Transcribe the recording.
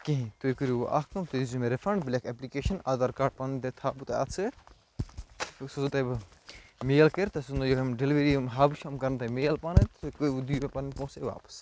کِہیٖنۍ تُہۍ کٔرِو وۄنۍ اَکھ کٲم تُہۍ دیٖزیٚو مےٚ رِفَنٛڈ بہٕ لیٚکھہٕ ایٚپلِکیشَن آدھار کارڈ پَنُن تہِ تھاو بہٕ تۄہہِ اَتھ سۭتۍ یہِ سوزہو تۄہہِ بہٕ میل کٔرِتھ تُہۍ یِم ڈیلوٕری یِم ہب چھِ یِم کَران تۄہہِ میل پانٔے تُہۍ کرِو دِیُو مےٚ پَنٕنۍ پونٛسٔے واپَس